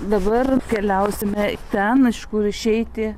dabar keliausime ten iš kur išeiti